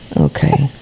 Okay